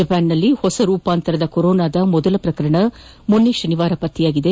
ಜಪಾನ್ನಲ್ಲಿ ಹೊಸ ರೂಪಾಂತರದ ಕೊರೊನಾದ ಮೊದಲ ಪ್ರಕರಣ ಕಳೆದ ಶನಿವಾರ ಪತ್ತೆಯಾಗಿದೆ